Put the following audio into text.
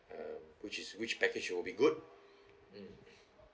uh which is which package will be good mm